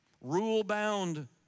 rule-bound